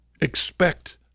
expect